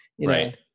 Right